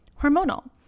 hormonal